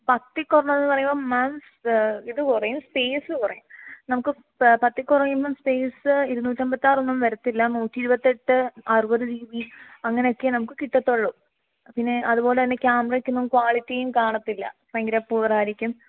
പത്തിൽ കുറഞ്ഞത് പറയുമ്പം മാം സ് ഇത് കുറയും സ്പേസ് കുറയും നമുക്ക് പത്തിൽ കുറയുമ്പം സ്പേസ് ഇരുനൂറ്റി അമ്പത്താറൊന്നും വരത്തില്ല നൂറ്റിഇരുപത്തെട്ട് അറുപത് ജി ബി അങ്ങനെയൊക്കെ നമുക്ക് കിട്ടുള്ളൂ പിന്നെ അതുപോലെ തന്നെ ക്യാമറയ്ക്കൊന്നും ക്വാളിറ്റിയും കാണില്ല ഭയങ്കര പുവർ ആയിരിക്കും